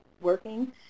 working